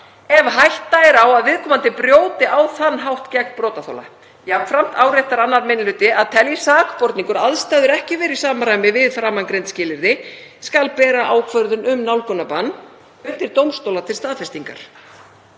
ef hætta er á að viðkomandi brjóti á þann hátt gegn brotaþola. Jafnframt áréttar 2. minni hluti að telji sakborningur aðstæður ekki vera í samræmi við framangreind skilyrði skal bera ákvörðun um nálgunarbann undir dómstóla til staðfestingar.